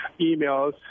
emails